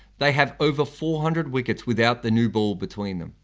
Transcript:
they have over four hundred wickets without the new ball between them.